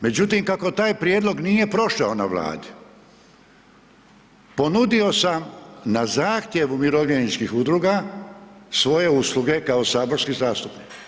Međutim, kako taj prijedlog nije prošao na Vladi, ponudio sam na zahtjev umirovljeničkih udruga svoje usluge kao saborski zastupnik.